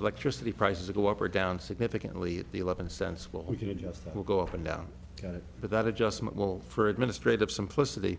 electricity prices go up or down significantly the eleven cents what we can adjust that will go up and down but that adjustment will for administrative simplicity